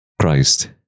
christ